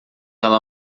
ela